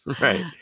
right